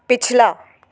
पिछला